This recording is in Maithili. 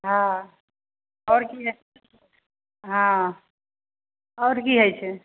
हँ आओर कि हँ आओर कि होइ छै